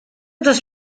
dos